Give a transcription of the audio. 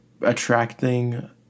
attracting